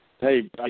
Hey